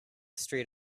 street